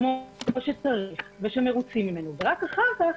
כמו שצריך ושמרוצים ממנו, ורק אחר כך